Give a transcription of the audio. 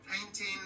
painting